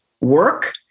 work